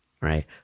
Right